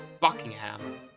Buckingham